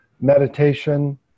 meditation